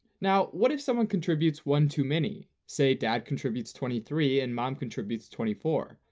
now, what if someone contributes one too many? say dad contributes twenty three and mom contributes twenty four,